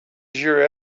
your